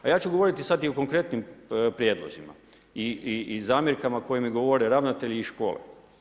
A ja ću govoriti sada i o konkretnim prijedlozima i zamjerkama koje mi govore ravnatelji i škole.